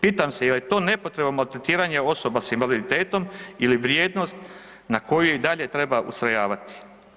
Pitam se je li to nepotrebno maltretiranje osoba s invaliditetom ili vrijednost na koju i dalje treba ustrojavati?